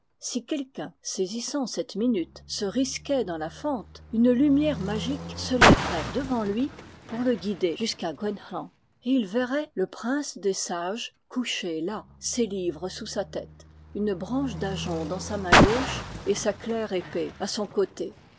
si quelqu'un saisissant cette minute se risquait dans la fente une lumière magique se lèverait devant lui pour le guider jusqu'à gwenc'hlan et il verrait le prince des sages couché là ses livres sous sa tête une branche d'ajonc dans sa main gauche et sa claire épée à son côté